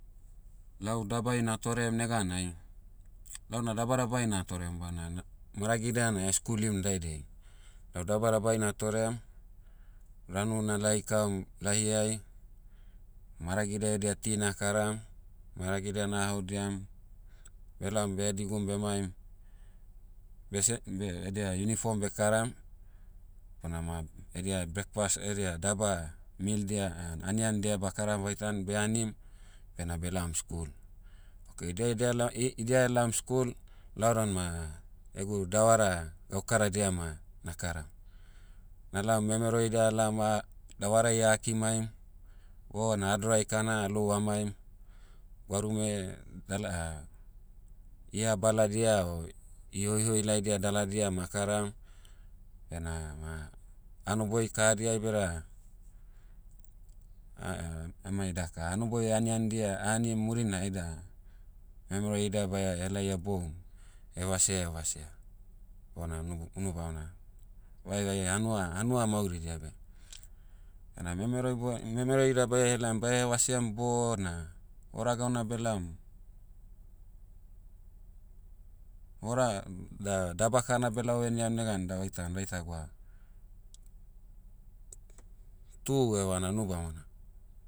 Lau dabai natorem neganai, launa dabadabai natorem bana na- maragidia na skulim daidai. Lau dabadabai natorem, ranu na laikaum lahi'ai, maragidia edia ti nakaram, maragidia nahaodiam, belaom behadigum bemaim, bese- beh- edia uniform bekaram, bonama edia breakfast edia daba, meal'dia- anian dia bakara vaitan beanim, bena belaom skul. Okay dia dia lao- i- idia elaom skul, lau dan ma, egu davara gaukaradia ma nakaram. Na laom memero ida alaom ah, davarai ah kimaim, bona adorai kana alou amaim, gwarume dala- iha baladia o, ihoihoi laidia daladia ma akaram, bena ma, hanoboi kahadiai beda, amai daka hanoboi aniandia a'anim murinai aida, memero ida baia helai heboum, hevasea hevasea, bona nu- unu bamona. Vaevae hanua- hanua mauridia beh. Bena memero ibo- memero ida baia helaim baia hevaseam bona, hora gauna belaom, hora, da daba kana belao heniam negan da vaitan daita gwa, tu evana unu bamona,